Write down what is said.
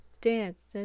dance